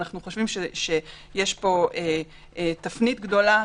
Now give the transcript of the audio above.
אנחנו חושבים שיש פה תפנית גדולה,